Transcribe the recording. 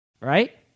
Right